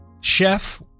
chef